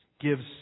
gives